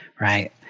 Right